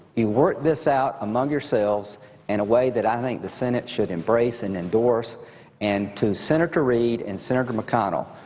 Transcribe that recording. you worked this out among ourselves in a way that i think the senate should embrace and endorse and to senator reid and senator mcconnell,